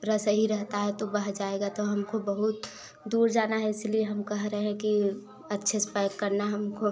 रस ही रहता है तो बह जाएगा तो हमको बहुत दूर जाना है इसलिए हम कह रहे हैं कि अच्छे से पैक करना हमको